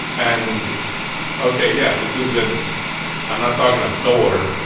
and ok, yeah, this isn't i'm not talking to thor,